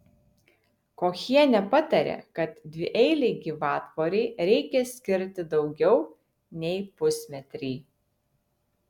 kochienė patarė kad dvieilei gyvatvorei reikia skirti daugiau nei pusmetrį